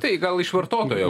tai gal iš vartotojo